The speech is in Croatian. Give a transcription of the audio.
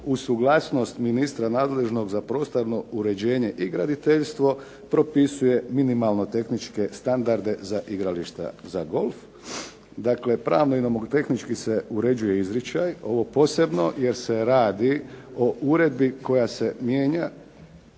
uz suglasnost ministra nadležnog za prostorno uređenje i graditeljstvo propisuje minimalno tehničke standarde za igrališta za golf." Dakle, pravno i nomotehnički se uređuje izričaj, ovo posebno, jer se radi o uredbi koja se mijenja,